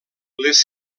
les